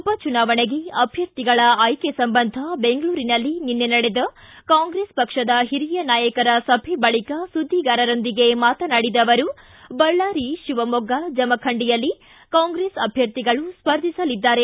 ಉಪಚುನಾವಣೆಗೆ ಅಧ್ಯರ್ಥಿಗಳ ಆಯ್ಕೆ ಸಂಬಂಧ ಬೆಂಗಳೂರಿನಲ್ಲಿ ನಿನ್ನೆ ನಡೆದ ಕಾಂಗ್ರೆಸ್ ಪಕ್ಷದ ಹಿರಿಯ ನಾಯಕರ ಸಭೆ ಬಳಿಕ ಸುದ್ದಿಗಾರರೊಂದಿಗೆ ಮಾತನಾಡಿದ ಅವರು ಬಳ್ಳಾರಿ ಶಿವಮೊಗ್ಗ ಜಮಖಂಡಿಯಲ್ಲಿ ಕಾಂಗ್ರೆಸ್ ಅಭ್ಯರ್ಥಿಗಳು ಸ್ಪರ್ಧಿಸಲಿದ್ದಾರೆ